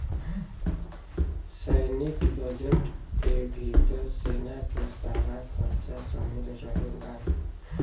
सैनिक बजट के भितर सेना के सारा खरचा शामिल रहेला